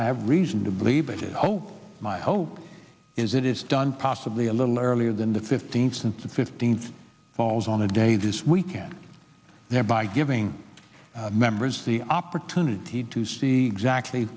i have reason to believe it oh my hope is it is done possibly a little earlier than the fifteenth since the fifteenth falls on a day this weekend thereby giving members the opportunity to see exactly